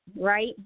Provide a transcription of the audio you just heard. right